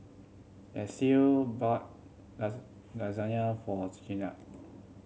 Desea bought Lasagna for